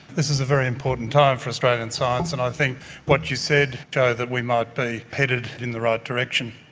this is a very important time for australian science and i think what you said show that we might be headed in the right direction.